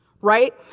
right